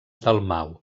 dalmau